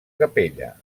capella